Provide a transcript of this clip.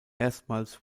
erstmals